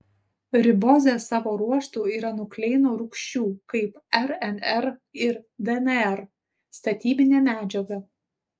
ribozė savo ruožtu yra nukleino rūgščių kaip rnr ir dnr statybinė medžiaga